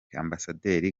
ambasaderi